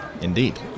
Indeed